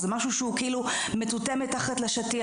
זה משהו שכאילו מטואטא מתחת לשטיח,